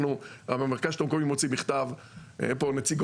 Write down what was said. מרכז השלטון המקומי מוציא מכתב לאוצר,